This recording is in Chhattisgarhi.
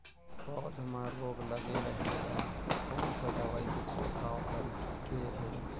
पौध मां रोग लगे रही ता कोन सा दवाई के छिड़काव करेके होही?